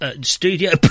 Studio